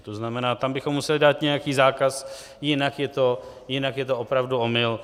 To znamená, tam bychom museli dát nějaký zákaz, jinak je to opravdu omyl.